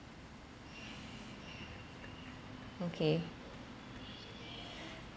okay